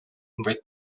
with